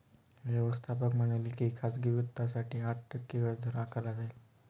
व्यवस्थापक म्हणाले की खाजगी वित्तासाठी आठ टक्के व्याजदर आकारला जाईल